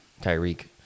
Tyreek